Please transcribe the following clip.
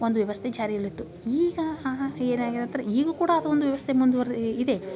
ಒಂದು ವ್ಯವಸ್ಥೆ ಜಾರಿಯಲ್ಲಿತ್ತು ಈಗ ಏನಾಗಿದೆ ಅಂದರೆ ಈಗ ಕೂಡ ಅದೊಂದು ವ್ಯವಸ್ಥೆ ಮುಂದುವರ್ ಇದೆ